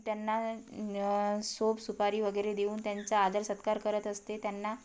त्यांना सोपसुपारी वगैरे देऊन त्यांचा आदरसत्कार करत असते त्यांना